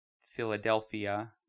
Philadelphia